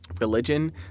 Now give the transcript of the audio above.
religion